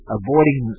avoiding